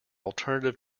alternative